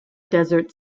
desert